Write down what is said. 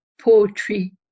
poetry